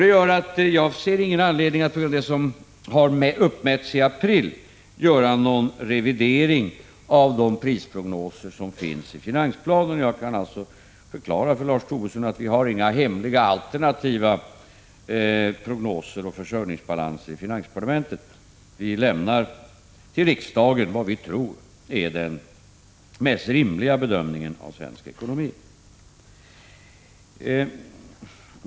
Detta gör att jag inte ser någon anledning att på grundval av de mätningar som gjorts i april företa någon revidering av prisprognoserna i finansplanen. Jag kan alltså förklara för Lars Tobisson att vi inte har några hemliga alternativa prognoser och försörjningsbalanser i finansdepartementet. Vi redovisar för riksdagen vad vi tror vara den mest rimliga bedömningen av svensk ekonomi.